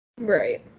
Right